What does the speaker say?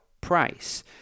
price